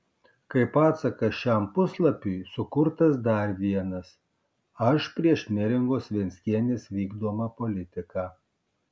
kaip atsakas šiam puslapiui sukurtas dar vienas aš prieš neringos venckienės vykdomą politiką